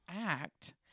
act